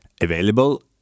available